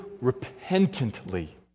repentantly